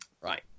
Right